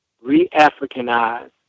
re-Africanize